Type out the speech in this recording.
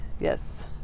yes